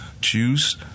choose